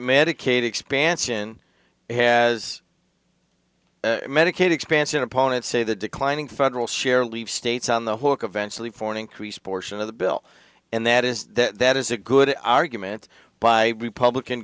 medicaid expansion has medicaid expansion opponents say the declining federal share leave states on the hook eventually for an increased portion of the bill and that is that is a good argument by republican